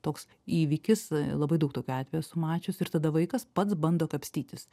toks įvykis labai daug tokių atvejų esu mačius ir tada vaikas pats bando kapstytis